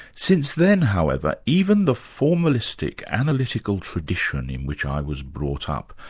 since then however, even the formalistic, analytical tradition in which i was brought up,